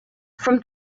from